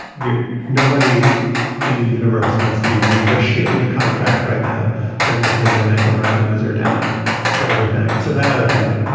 yeah nobody in the universe wants to be renegotiating a contract right now during a pandemic when revenues are down for everything. so that i think,